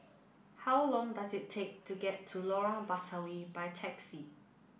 how long does it take to get to Lorong Batawi by taxi